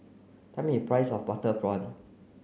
tell me a price of butter prawn